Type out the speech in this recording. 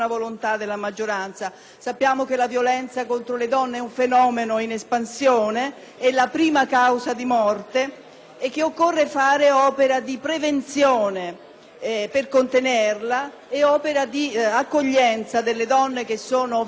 e che occorre fare opera di prevenzione per contenerla e opera di accoglienza delle donne vittime della violenza, spesso donne con bambini. L’accoglienza viene svolta dai centri antiviolenza,